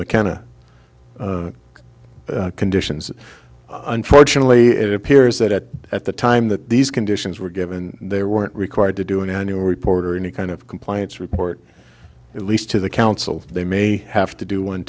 mckenna conditions unfortunately it appears that at the time that these conditions were given they weren't required to do an annual report or any kind of compliance report at least to the council they may have to do one